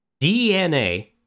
DNA